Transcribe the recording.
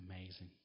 amazing